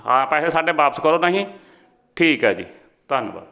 ਹਾਂ ਪੈਸੇ ਸਾਡੇ ਵਾਪਸ ਕਰੋ ਨਹੀਂ ਠੀਕ ਹੈ ਜੀ ਧੰਨਵਾਦ